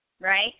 right